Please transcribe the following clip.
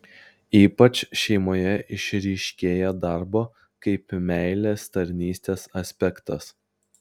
ypač šeimoje išryškėja darbo kaip meilės tarnystės aspektas